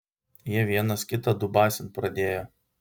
jie vienas kitą dubasint pradėjo